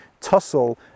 tussle